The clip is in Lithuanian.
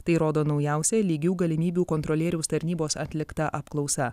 tai rodo naujausia lygių galimybių kontrolieriaus tarnybos atlikta apklausa